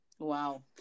Wow